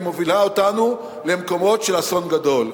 היא מובילה אותנו למקומות של אסון גדול.